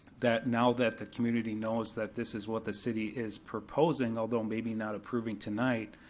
that now that the community knows that this is what the city is proposing, although maybe not approving tonight,